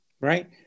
Right